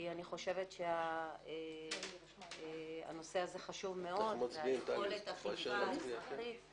אני חושבת שהנושא הזה חשוב מאוד ויכולת האכיפה האזרחית